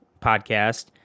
podcast